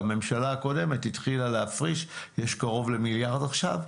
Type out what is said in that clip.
הממשלה הקודמת התחילה להפריש ויש קרוב למיליארד עכשיו?